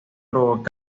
provocar